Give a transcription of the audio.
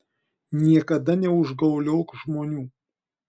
niekada neužgauliok žmonių